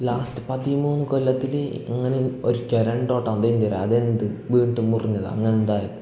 last പതിമൂന്ന് കൊല്ലത്തിൽ ഇങ്ങനെ ഒരിക്കൽ രണ്ട് വട്ടം എന്തൊ ഇഞ്ചൊറി ആയി അതെന്ത് വീൺട്ട് മുറിഞ്ഞതാണ് അങ്ങനെ എന്തോ ആയത്